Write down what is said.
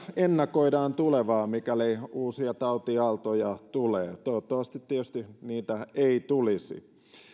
ennakoidaan tulevaa mikäli uusia tautiaaltoja tulee toivottavasti tietysti niitä ei tulisi